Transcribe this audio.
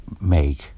make